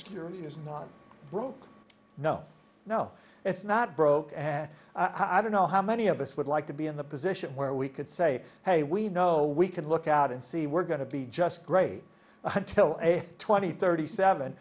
security is not broke no no it's not broke and i don't know how many of us would like to be in the position where we could say hey we know we can look out and see we're going to be just great until twenty thirty seven